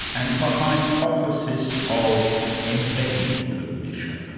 and the hypothesis of embedded cognition.